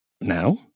Now